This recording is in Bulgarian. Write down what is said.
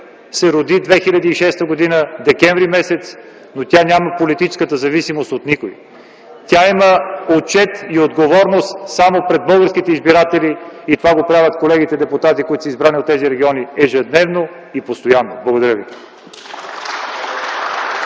се роди през м. декември 2006 г., но тя няма политическа зависимост от никого. Тя има отчет и отговорност само пред българските избиратели – това го правят колегите депутати, които са избрани от тези региони, ежедневно и постоянно. Благодаря ви.